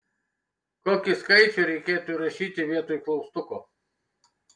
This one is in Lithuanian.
kokį skaičių reikėtų įrašyti vietoj klaustuko